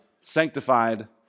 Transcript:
sanctified